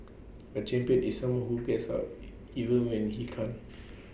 A champion is someone who gets up even when he can't